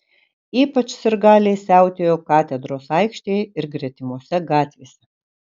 ypač sirgaliai siautėjo katedros aikštėje ir gretimose gatvėse